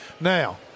now